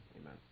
amen